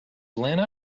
lena